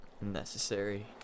necessary